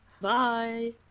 Bye